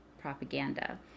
propaganda